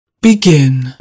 Begin